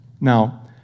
Now